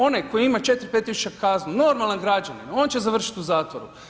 Onaj tko ima 4, 5 tisuća kaznu, normalan građanin, on će završiti u zatvoru.